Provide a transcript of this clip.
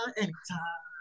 anytime